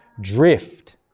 drift